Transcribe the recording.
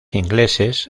ingleses